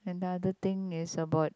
another thing is about